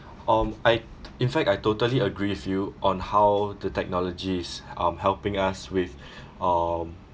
um I in fact I totally agree with you on how the technologies um helping us with um